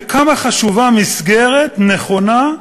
וכמה חשובה מסגרת נכונה,